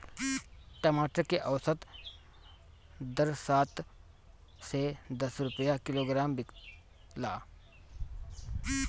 टमाटर के औसत दर सात से दस रुपया किलोग्राम बिकला?